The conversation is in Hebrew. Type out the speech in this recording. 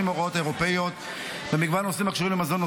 הוראות אירופאיות במגוון נושאים הקשורים במזון,